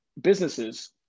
businesses